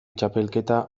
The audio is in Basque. txapelketa